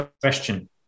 question